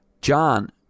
John